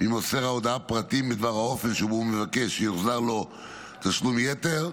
ממוסר ההודעה פרטים בדבר האופן שבו הוא מבקש שיוחזר לו תשלום יתר,